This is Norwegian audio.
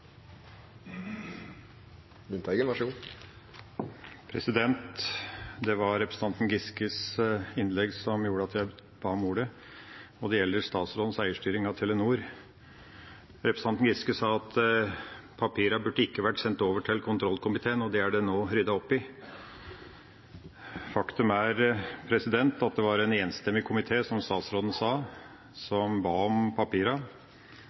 Giskes innlegg som gjorde at jeg ba om ordet. Det gjelder statsrådens eierstyring av Telenor. Representanten Giske sa at papirene ikke burde vært sendt over til kontrollkomiteen. Det er det nå ryddet opp i. Faktum er at det var en enstemmig komité – som statsråden sa – som ba om